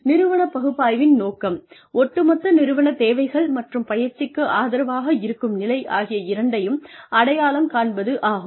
நிறுவன பகுப்பாய்வின் நோக்கம் ஒட்டுமொத்தநிறுவனதேவைகள் மற்றும் பயிற்சிக்கு ஆதரவாக இருக்கும் நிலை ஆகிய இரண்டையும் அடையாளம் காண்பது ஆகும்